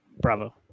bravo